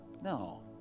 No